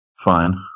fine